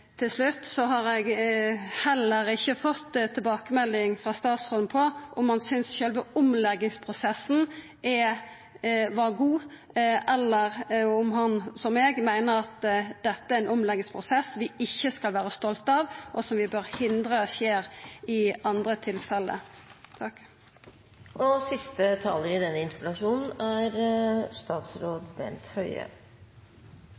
Til slutt: Eg har heller ikkje fått tilbakemelding frå statsråden på om han synest sjølve omleggingsprosessen var god, eller om han, som meg, meiner at dette er ein omleggingsprosess vi ikkje skal vera stolte av, og som vi bør hindra i andre tilfelle. Denne interpellasjonen omhandler om utviklingen av tilbudet på Rjukan er i tråd med utviklingsplanen, og